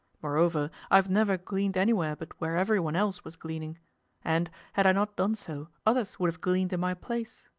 moreover, i have never gleaned anywhere but where every one else was gleaning and, had i not done so, others would have gleaned in my place.